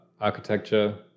architecture